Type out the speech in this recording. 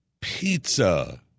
Pizza